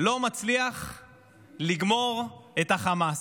לא מצליח לגמור את החמאס.